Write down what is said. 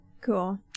Cool